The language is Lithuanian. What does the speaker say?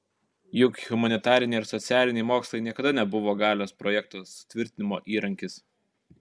juk humanitariniai ir socialiniai mokslai niekada nebuvo galios projekto sutvirtinimo įrankis